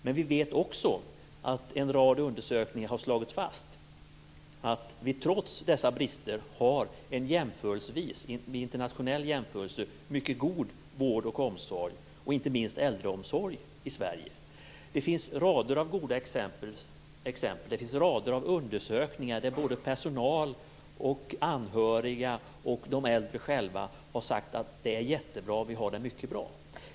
Men vi vet också att en rad undersökningar har slagit fast att vi trots dessa brister har en vid internationell jämförelse mycket god vård och omsorg, inte minst äldreomsorg, i Sverige. Det finns rader av goda exempel. Det finns rader av undersökningar där både personal, anhöriga och de äldre själva har sagt att det är jättebra, och att vi har det mycket bra.